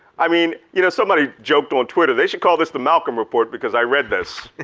i mean you know somebody joked on twitter, they should call this the malcolm report because i read this,